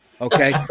Okay